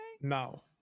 No